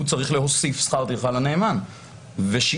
הוא יצטרך להוסיף שכר טרחה לנאמן.